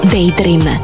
Daydream